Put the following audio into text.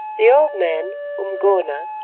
the old man, umgona,